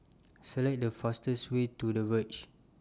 Select The fastest Way to The Verge